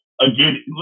again